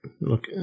look